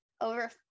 over